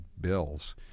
bills